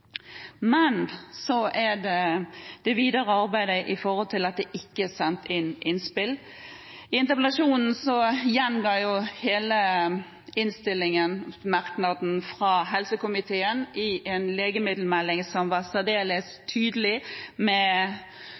Men så er det det videre arbeidet, med tanke på at det ikke er sendt inn innspill. I interpellasjonen gjenga jeg hele merknaden i innstillingen fra helsekomiteen om en legemiddelmelding som var særdeles tydelig, med